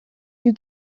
you